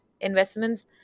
investments